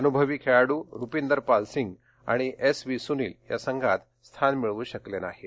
अनुभवी खेळाडू रुपींदरपाल सिंग वाणि एस व्ही सुनील या संघात स्थान मिळवू शकले नाहीत